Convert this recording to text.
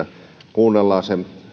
kuunnellaan